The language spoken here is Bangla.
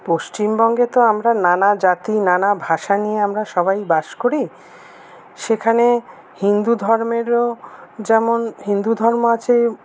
পশ্চিমবঙ্গে তো আমরা নানা জাতি নানা ভাষা নিয়ে আমরা সবাই বাস করি সেখানে হিন্দু ধর্মেরও যেমন হিন্দু ধর্ম আছে